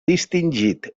distingit